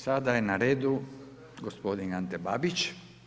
Sada je na redu gospodin Ante Babić.